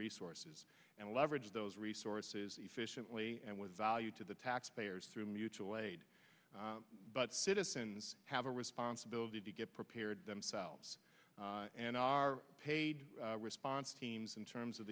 resources and leverage those resources efficiently and with value to the taxpayers through mutual aid but citizens have a responsibility to get prepared themselves and are paid response teams in terms of